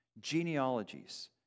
Genealogies